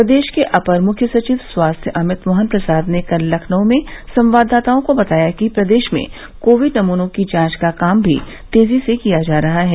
प्रदेश के अपर मुख्य सचिव स्वास्थ्य अमित मोहन प्रसाद ने कल लखनऊ में संवाददाताओं को बताया कि प्रदेश में कोविड नमूनों की जांच का काम भी तेजी से किया जा रहा है